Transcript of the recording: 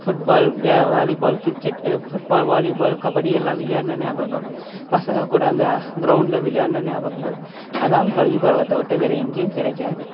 food பால் வியா volleyball cricket football volleyball kabaddi எல்லாம் விளையாடின ஞாபகம் பசங்கள் கூட அந்த க்ரௌண்டில் விளையாடின ஞாபகங்கள் அதுதான் பள்ளி பருவத்தை விட்டு வேறு எங்கேயும் கிடைக்காது